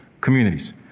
communities